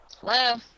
Hello